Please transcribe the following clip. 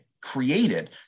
created